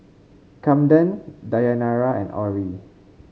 Kamden Dayanara and Orrie